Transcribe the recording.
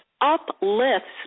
uplifts